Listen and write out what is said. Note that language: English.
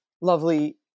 lovely